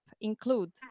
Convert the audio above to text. Include